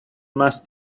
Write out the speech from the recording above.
must